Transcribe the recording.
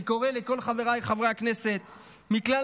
אני קורא לכל חבריי חברי הכנסת מכלל